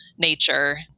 Nature